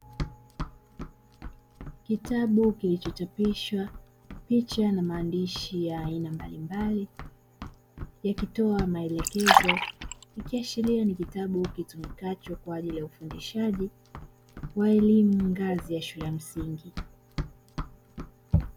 Kitabu kilichochapishwa picha na maandishi ya aina mbalimbali yakitoa maelekezo ikiashiria ni kitabu kitumikacho kwa ajili ya ufundishaji wa elimu ngazi ya shule ya msingi.